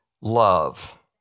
love